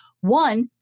One